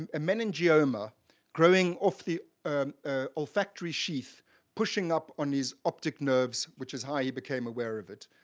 and meningioma growing off the olfactory sheath pushing up on his optic nerves, which is how he became aware of it.